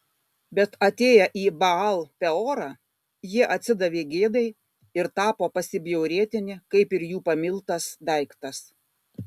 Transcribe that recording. bet atėję į baal peorą jie atsidavė gėdai ir tapo pasibjaurėtini kaip ir jų pamiltas daiktas